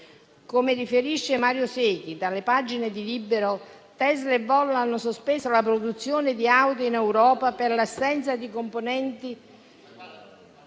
Come riferisce Mario Sechi dalle pagine di «Libero», Tesla e Volvo hanno sospeso la produzione di auto in Europa per l'assenza di componenti.